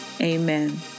amen